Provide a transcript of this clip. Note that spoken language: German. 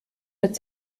mit